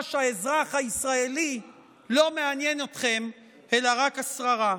שהאזרח הישראלי לא מעניין אתכם אלא רק השררה.